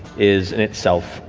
is, in itself,